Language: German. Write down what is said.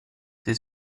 sie